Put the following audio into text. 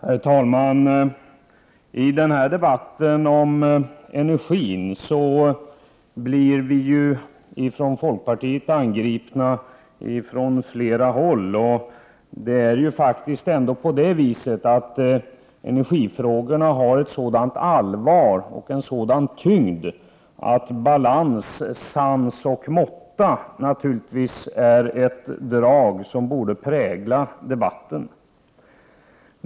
Herr talman! I denna debatt om energin blir folkpartiet angripet från flera håll. Energifrågorna har ett sådant allvar och en sådan tyngd att balans, sans och måtta naturligtvis är ett drag som borde prägla debatten.